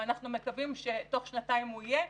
ואנחנו מקווים שבתוך שנתיים הוא יהיה.